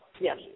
Yes